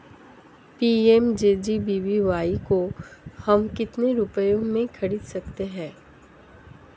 PMJJBY को हम कितने रुपयों में खरीद सकते हैं?